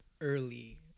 early